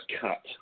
cut